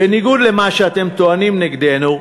בניגוד למה שאתם טוענים נגדנו,